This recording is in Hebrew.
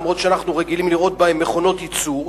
אף שאנחנו רגילים לראות בהם מכונות ייצור,